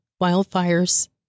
wildfires